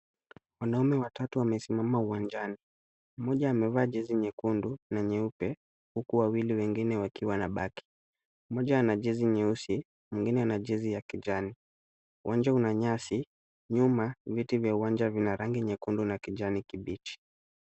Wanaume watatu wamesimama uwanjani. Mmoja amevaa jezi nyekundu na nyeupe, huku wawili wengine wakiwa wanabaki. Mmoja ana jezi nyeusi na mwingine ana jezi ya kijani. Uwanja una nyasi, nyuma, viti vya uwanja vina rangi nyekundu na kijani kibichi.